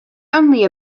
only